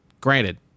Granted